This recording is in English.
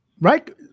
right